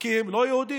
כי הם לא יהודים.